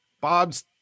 Bob's